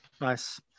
Nice